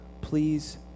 please